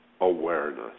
awareness